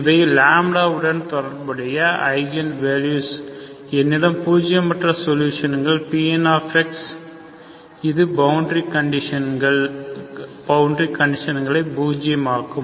இவை λ உடன் தொடர்புடைய ஈஜென்வெல்யூக்கள் என்னிடம் பூஜியமற்ற சொலுஷன் Pnx இது பவுண்டரி கண்டிசங்களை பூர்த்தி செய்யும்